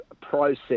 process